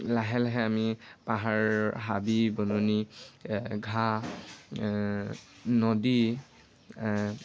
লাহে লাহে আমি পাহাৰ হাবি বননি ঘাঁহ নদী